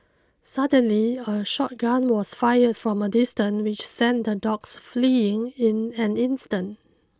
suddenly a shot gun was fired from a distance which sent the dogs fleeing in an instant